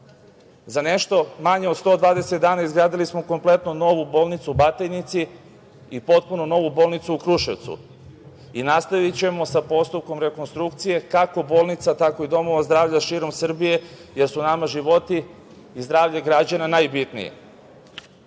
Na nešto manje od 120 dana izgradili smo kompletno novu bolnicu u Batajnici i potpuno novu bolnicu u Kruševcu. Nastavićemo sa postupkom rekonstrukcije kako bolnica, tako i domova zdravlja širom Srbije, jer su nama životi i zdravlje građana najbitniji. Svega